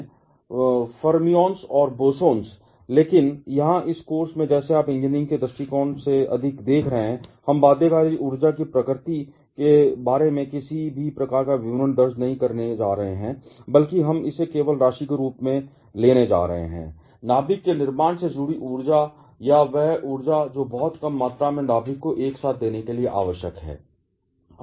fermions और bosons लेकिन यहां इस कोर्स में जैसे आप इंजीनियरिंग के दृष्टिकोण से अधिक देख रहे हैं हम बाध्यकारी ऊर्जा की प्रकृति के बारे में किसी भी प्रकार का विवरण दर्ज नहीं करने जा रहे हैं बल्कि हम इसे केवल राशि के रूप में लेने जा रहे हैं नाभिक के निर्माण से जुड़ी ऊर्जा या वह ऊर्जा जो बहुत कम मात्रा में नाभिक को एक साथ देने के लिए आवश्यक है